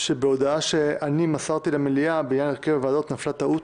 שבהודעה שאני מסרתי למליאה בעניין הרכב הוועדות נפלה טעות,